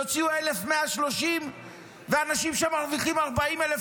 יוציאו 1,130 ואנשים שמרוויחים 40,000